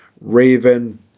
Raven